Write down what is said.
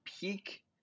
peak